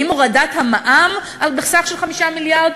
האם הורדת המע"מ בסך 5 מיליארד,